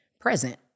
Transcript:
present